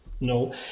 No